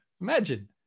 Imagine